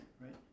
right